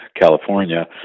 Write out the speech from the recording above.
California